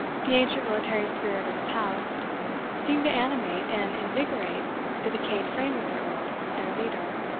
the ancient military spirit of his house seemed to animate and invigorate the decayed frame of the earl, their leader.